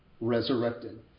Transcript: resurrected